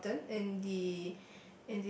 mountain in the